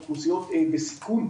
אוכלוסיות בסיכון.